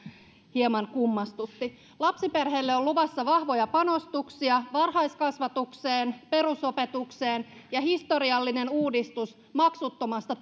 hieman kummastutti lapsiperheille on luvassa vahvoja panostuksia varhaiskasvatukseen perusopetukseen ja historiallinen uudistus maksuttomasta